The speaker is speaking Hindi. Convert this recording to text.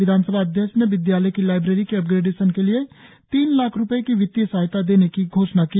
विधानसभा अध्यक्ष ने विद्यालय की लाईब्रेरी के अपग्रेडेशन के लिए तीन लाख रुपये की वित्तीय सहायता देने की घोषणा की